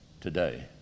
today